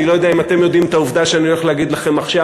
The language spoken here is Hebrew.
אני לא יודע אם אתם יודעים את העובדה שאני הולך להגיד לכם עכשיו,